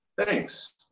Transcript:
Thanks